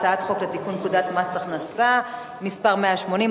הצעת חוק לתיקון פקודת מס הכנסה (מס' 180),